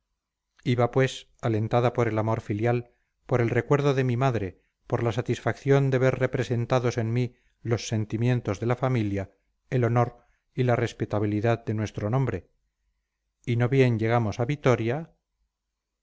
iba pues alentada por el amor filial por el recuerdo de mi madre por la satisfacción de ver representados en mí los sentimientos de la familia el honor y la respetabilidad de nuestro nombre y no bien llegamos a vitoria